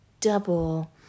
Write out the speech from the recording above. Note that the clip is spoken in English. double